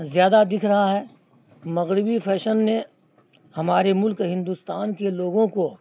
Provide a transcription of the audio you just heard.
زیادہ دکھ رہا ہے مغربی فیشن نے ہمارے ملک ہندوستان کے لوگوں کو